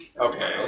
Okay